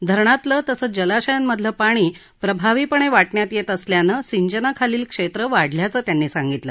धरणातलं तसंच जलाशयांमधलं पाणी प्रभावीपणे वाटण्यात येत असल्यानं सिंचनाखालील क्षेत्रं वाढल्याचं ते म्हणाले